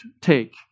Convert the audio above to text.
take